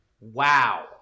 Wow